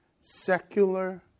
secular